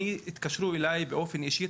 התקשרו אליי באופן אישי,